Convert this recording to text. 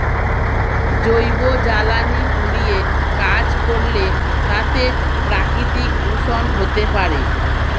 জৈব জ্বালানি পুড়িয়ে কাজ করলে তাতে প্রাকৃতিক দূষন হতে পারে